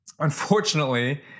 Unfortunately